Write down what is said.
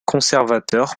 conservateur